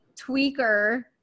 tweaker